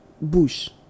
bush